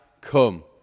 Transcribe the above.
come